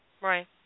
Right